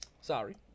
Sorry